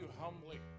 humbly